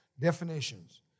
definitions